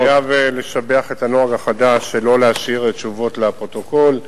אני חייב לשבח את הנוהג החדש שלא להשאיר תשובות לפרוטוקול,